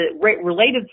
related